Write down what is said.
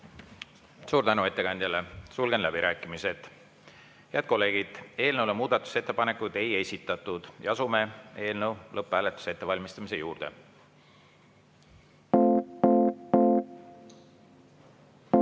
Suur tänu ettekandjale! Sulgen läbirääkimised. Head kolleegid, eelnõu kohta muudatusettepanekuid ei esitatud ja asume eelnõu lõpphääletuse ettevalmistamise juurde.